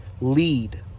lead